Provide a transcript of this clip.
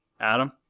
adam